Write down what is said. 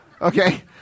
Okay